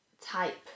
type